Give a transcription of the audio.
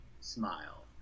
smile